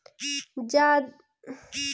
जायद मौसम में कौन कउन कउन महीना आवेला?